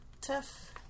tough